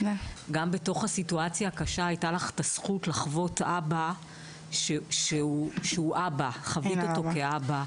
גם בתוך הסיטואציה הקשה הייתה לך הזכות לחוות אבא שחווית אותו כאבא.